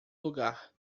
lugar